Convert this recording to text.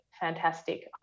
fantastic